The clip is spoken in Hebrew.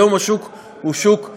היום השוק הוא שוק בין-לאומי,